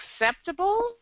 acceptable